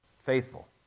Faithful